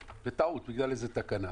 בטעות, בגלל איזו תקנה.